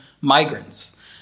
migrants